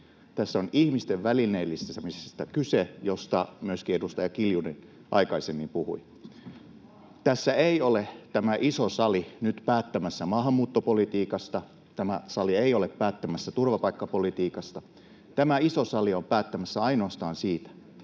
Tässä on kyse ihmisten välineellistämisestä, josta myöskin edustaja Kiljunen aikaisemmin puhui. [Leena Meren välihuuto] Tässä ei ole tämä iso sali nyt päättämässä maahanmuuttopolitiikasta, tämä sali ei ole päättämässä turvapaikkapolitiikassa. Tämä iso sali on päättämässä ainoastaan siitä,